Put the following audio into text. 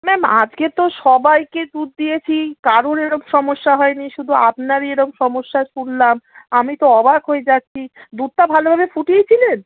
ma'am আজকে তো সবাইকে দুধ দিয়েছি কারুর এরম সমস্যা হয় নি শুধু আপনারই এরকম সমস্যা শুনলাম আমি তো অবাক হয়ে যাচ্ছি দুধটা ভালোভাবে ফুটিয়েছিলেন